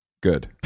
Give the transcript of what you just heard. good